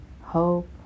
hope